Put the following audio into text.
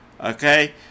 Okay